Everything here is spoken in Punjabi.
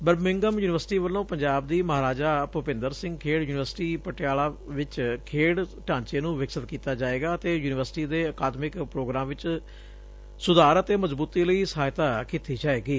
ਬਰਮਿਘਮ ਯੁਨੀਵਰਸਿਟੀ ਵੱਲੋ' ਪੰਜਾਬ ਦੀ ਮਹਾਰਾਜਾ ਭੂਪਿੰਦਰ ਸਿੰਘ ਖੇਡ ਯੁਨੀਵਰਸਿਟੀ ਪਟਿਆਲਾ ਵਿਚ ਖੇਡ ਢਾਂਚੇ ਨੰ ਵਿਕਸਤ ਕੀਤਾ ਜਾਏਗਾ ਅਤੇ ਯੁਨੀਵਰਸਿਟੀ ਦੇ ਅਕਾਦਮਿਕ ਪੋਗਰਾਮ ਵਿਚ ਸੁਧਾਰ ਅਤੇ ਮਜ਼ਬੁਤੀ ਲਈ ਸਹਾਇਤਾ ਕੀਤੀ ਜਾਏਗੀ